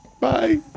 Bye